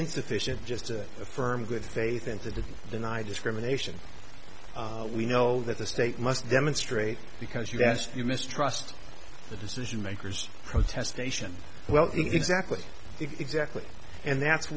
insufficient just to affirm good faith and to deny discrimination we know that the state must demonstrate because you ask you mistrust the decision makers protestation well exactly exactly and that's